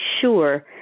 sure